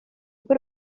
går